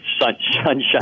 sunshine